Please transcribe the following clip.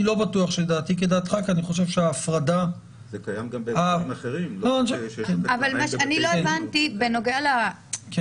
אני לא בטוח שדעתי כדעתך כי אני חושב שההפרדה --- אני לא אוהבת את זה,